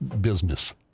business